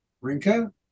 Rinka